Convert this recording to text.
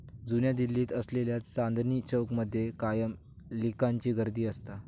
जुन्या दिल्लीत असलेल्या चांदनी चौक मध्ये कायम लिकांची गर्दी असता